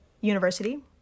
university